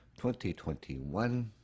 2021